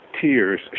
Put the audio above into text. Tears